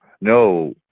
No